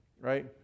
right